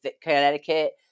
Connecticut